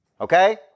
Okay